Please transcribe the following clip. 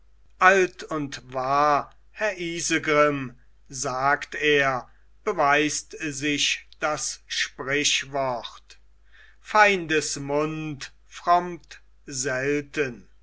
alt und wahr herr isegrim sagt er beweist sich das sprichwort feindes